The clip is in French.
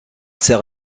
sert